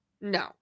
no